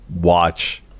watch